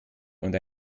und